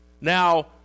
Now